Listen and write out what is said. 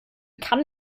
kann